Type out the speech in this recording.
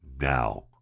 now